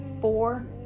four